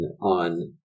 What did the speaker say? on